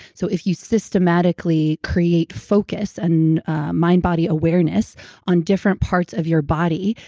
so, if you systematically create focus and mind body awareness on different parts of your body,